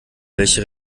welche